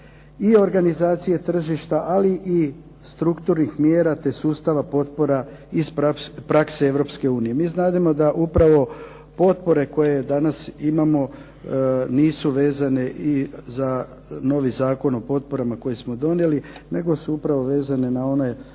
i organizacije tržišta ali i strukturnih mjera te sustava potpora iz prakse Europske unije. MI znademo upravo da potpore koje danas imamo nisu vezane i za novi Zakon o potporama koje smo donijeli, nego su vezane upravo na one